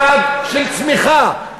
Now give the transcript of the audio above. יעד של צמיחה,